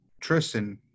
Tristan